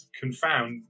confound